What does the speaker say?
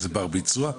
שזה בר-ביצוע.